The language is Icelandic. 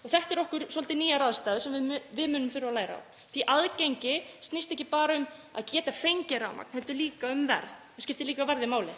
Þetta eru okkur svolítið nýjar aðstæður sem við munum þurfa að læra á því að aðgengi snýst ekki bara um að geta fengið rafmagn heldur líka um verð, verðið skiptir líka máli.